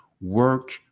work